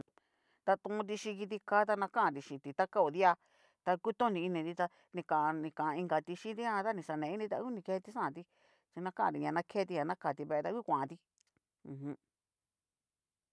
Nratonti chin kitika ta na kannri chinti ta kao di'a, ta kutoni initita nikan nikan ingati xhín kitigan ta ni xane initi ta ngu ni keti xantí chí nakannri ña naketi ña nakati vee ta ngu kuanti ujum.